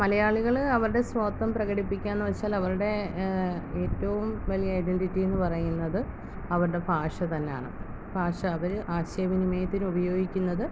മലയാളികൾ അവരുടെ സ്വത്വം പ്രകടിപ്പിക്കുക എന്ന് വച്ചാൽ അവരൂടെ ഏറ്റവും വലിയ ഐഡൻ്റിറ്റി എന്ന് പറയുന്നത് അവരുടെ ഭാഷ തന്നെ ആണ് ഭാഷ അവർ ആശയ വിനിമയത്തിന് ഉപയോഗിക്കുന്നത്